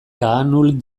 kaanul